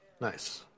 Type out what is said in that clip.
Nice